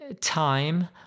time